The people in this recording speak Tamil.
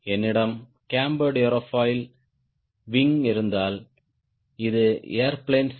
என்னிடம் கேம்பர்டு ஏரோஃபாயில் விங் இருந்தால் இது ஏர்பிளேன் C